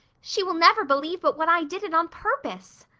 she will never believe but what i did it on purpose.